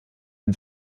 den